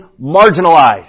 marginalized